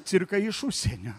cirkai iš užsienio